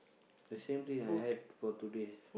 the same drink I had for today